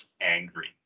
angry